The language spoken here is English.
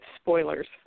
spoilers